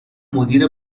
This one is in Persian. مدیر